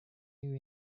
new